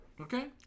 Okay